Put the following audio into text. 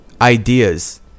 ideas